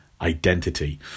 identity